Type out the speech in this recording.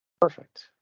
Perfect